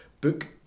book